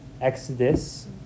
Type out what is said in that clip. exodus